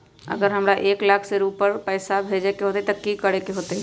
अगर हमरा एक लाख से ऊपर पैसा भेजे के होतई त की करेके होतय?